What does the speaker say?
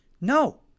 No